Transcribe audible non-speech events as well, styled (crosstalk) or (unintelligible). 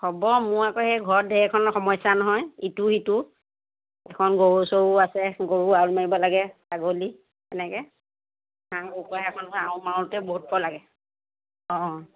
হ'ব মোৰ আকৌ সেই ঘৰত ধেৰখন সমস্যা নহয় ইটো সিটো এখন গৰু চৰু আছে গৰু (unintelligible) মাৰিব লাগে ছাগলী এনেকে (unintelligible) এখন আৰু মাৰোঁতে বহুত পৰ লাগে অঁ